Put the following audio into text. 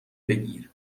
بگیر